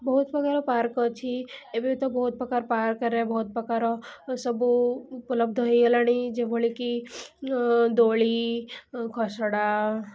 ବହୁତପ୍ରକାର ପାର୍କ୍ ଅଛି ଏବେ ତ ବହୁତପ୍ରକାର ପାର୍କ୍ରେ ବହୁତପ୍ରକାର ସବୁ ଉପଲବ୍ଧ ହୋଇଗଲାଣି ଯେଭଳିକି ଦୋଳି ଖସଡ଼ା